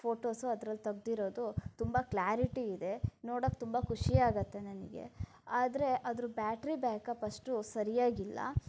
photos ಅದರಲ್ಲಿ ತೆಗ್ದಿರೋದು ತುಂಬ ಕ್ಲಾರಿಟಿ ಇದೆ ನೋಡೋಕ್ಕೆ ತುಂಬ ಖುಷಿ ಆಗತ್ತೆ ನನಗೆ ಆದರೆ ಅದರ ಬ್ಯಾಟ್ರಿ ಬ್ಯಾಕಪ್ ಅಷ್ಟು ಸರಿಯಾಗಿಲ್ಲ